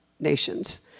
Nations